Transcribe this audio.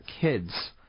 kids